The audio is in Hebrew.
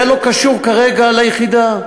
זה לא קשור כרגע ליחידה.